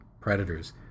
predators